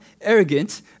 arrogant